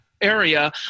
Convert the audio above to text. area